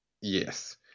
Yes